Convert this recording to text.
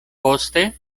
poste